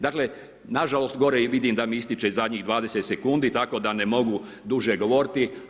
Dakle, nažalost gore i vidim da mi ističe zadnjih 20 sec tako da ne mogu duže govoriti.